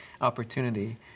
opportunity